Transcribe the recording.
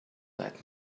let